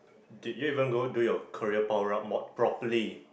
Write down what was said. did you even go do your career power up mod~ properly